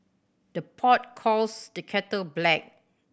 the pot calls the kettle black